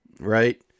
Right